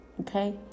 Okay